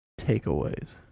takeaways